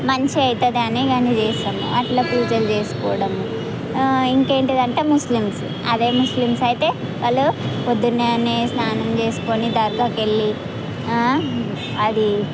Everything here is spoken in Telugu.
మంచి అవుతుంది అని అట్లా చేస్తాం అట్లా పూజలు చేసుకోవడము ఆ ఇంకా ఏంటంటే ముస్లిమ్స్ అదే ముస్లిమ్స్ అయితే వాళ్ళు పొద్దున్నే స్నానం చేసుకుని దర్గాకు వెళ్ళి అది